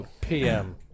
PM